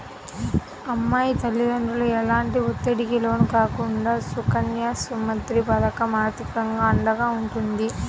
అమ్మాయి తల్లిదండ్రులు ఎలాంటి ఒత్తిడికి లోను కాకుండా సుకన్య సమృద్ధి పథకం ఆర్థికంగా అండగా ఉంటుంది